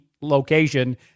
location